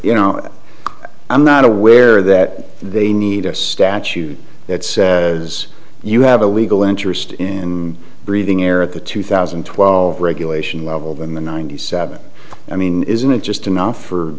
you know i'm not aware that they need a statute that says you have a legal interest in breathing air at the two thousand and twelve regulation level than the ninety seven i mean isn't it just enough for